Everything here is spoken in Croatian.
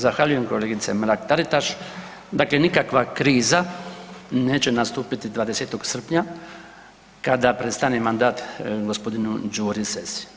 Zahvaljujem kolegice Mrak Taritaš, dakle nikakva kriza neće nastupiti 20. srpnja kada prestane mandat gospodinu Đuri Sessi.